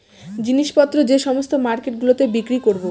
জিনিস পত্র যে সমস্ত মার্কেট গুলোতে বিক্রি করবো